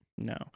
No